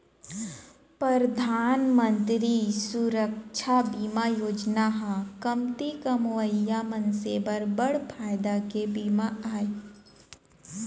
परधान मंतरी सुरक्छा बीमा योजना ह कमती कमवइया मनसे बर बड़ फायदा के बीमा आय